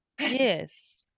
Yes